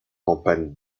campagnes